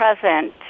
present